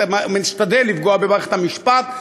משתדל לפגוע במערכת המשפט,